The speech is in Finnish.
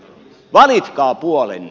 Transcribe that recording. valitkaa puolenne